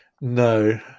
No